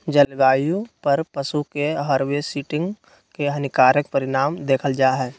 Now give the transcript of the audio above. जलवायु पर पशु के हार्वेस्टिंग के हानिकारक परिणाम देखल जा हइ